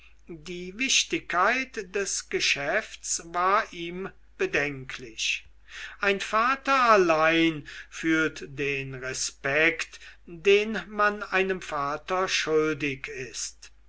die wichtigkeit des geschäfts war ihm bedenklich ein vater allein fühlt den respekt den man einem vater schuldig ist